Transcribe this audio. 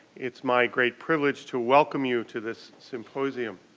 it's my great privilege to welcome you to this symposium.